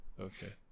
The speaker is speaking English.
Okay